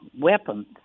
weapons